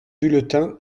bulletin